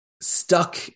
stuck